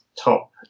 top